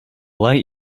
light